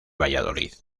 valladolid